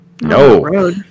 No